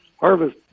harvest